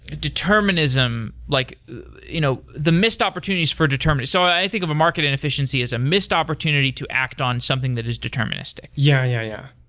determinism like you know the missed opportunities for determine so i think of a market inefficiency as a missed opportunity to act on something that is deterministic yeah, yeah yeah